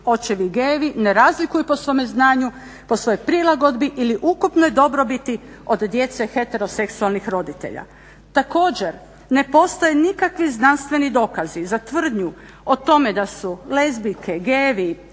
očevi gajevi ne razlikuju po svome znanju, po svojoj prilagodbi ili ukupnoj dobrobiti od djece heteroseksualnih roditelja. Također ne postoje nikakvi znanstveni dokazi za tvrdnju o tome da su lezbijke, gajevi,